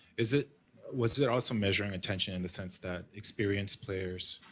is it was there also measuring attention in the sense that experienced players?